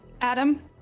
Adam